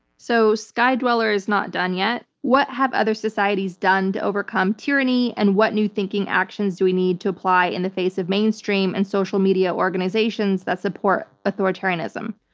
so skydweller is not done yet. what have other societies done to overcome tyranny and what new thinking actions do we need to apply in the face of mainstream and social media organizations that support authoritarianism?